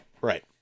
right